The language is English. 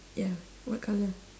ya what colour